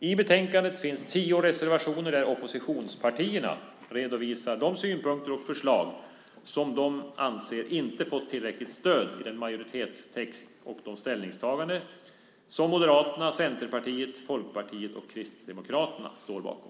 I betänkandet finns tio reservationer där oppositionspartierna redovisar de synpunkter och förslag som de anser inte har fått tillräckligt stöd i majoritetstexten och de ställningstaganden som Moderaterna, Centerpartiet, Folkpartiet och Kristdemokraterna står bakom.